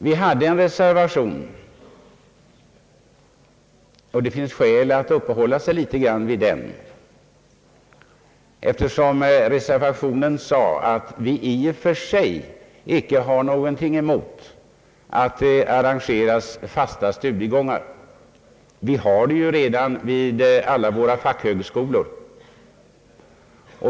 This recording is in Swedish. Vi hade en reservation, som det finns skäl för mig att något uppehålla mig vid eftersom vi i den reservationen framhöll att vi i och för sig icke hade någonting emot att det arrangeras fasta studiegångar. Vi har ju redan sådana vid alla våra fackhögskolor.